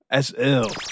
SL